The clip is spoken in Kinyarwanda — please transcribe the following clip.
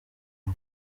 bwe